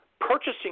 Purchasing